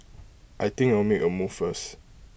I think I'll make A move first